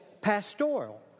pastoral